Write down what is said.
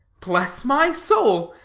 bless my soul,